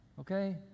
okay